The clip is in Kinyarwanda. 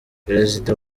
perezida